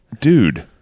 Dude